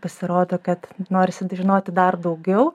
pasirodo kad norisi žinoti dar daugiau